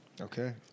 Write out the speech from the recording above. Okay